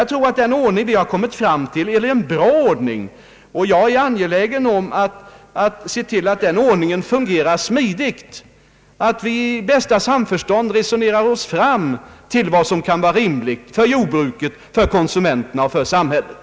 Jag tror att den ordning vi kommit fram till är bra. Jag är angelägen om att se till att den fungerar smidigt och att vi i bästa samförstånd kan resonera oss fram till vad som kan vara rimligt för jordbruket, för konsumenterna och för samhället.